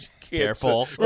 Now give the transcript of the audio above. Careful